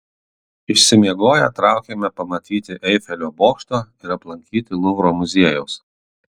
išsimiegoję traukėme pamatyti eifelio bokšto ir aplankyti luvro muziejaus